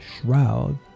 shroud